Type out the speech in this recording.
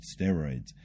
steroids